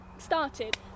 Started